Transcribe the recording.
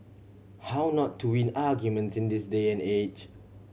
how not to win arguments in this day and age